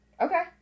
Okay